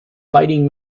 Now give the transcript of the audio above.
fighting